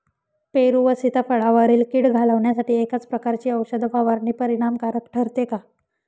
पेरू व सीताफळावरील कीड घालवण्यासाठी एकाच प्रकारची औषध फवारणी परिणामकारक ठरते का?